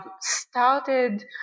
started